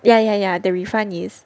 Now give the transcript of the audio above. ya ya ya the refund is